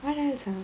what else ah